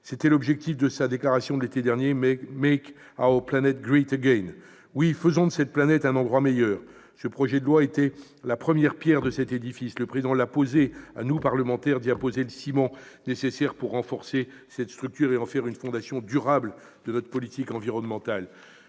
était l'objectif de sa déclaration de l'été dernier :! Oui, faisons de cette planète un endroit meilleur. Ce projet de loi est la première pierre de cet édifice. Le Président l'a posée. À nous, parlementaires, d'y apposer le ciment nécessaire pour renforcer cette structure et en faire une fondation durable de notre politique environnementale.